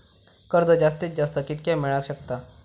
कर्ज जास्तीत जास्त कितक्या मेळाक शकता?